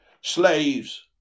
slaves